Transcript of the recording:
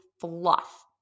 fluff